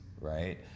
right